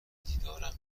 دیدارم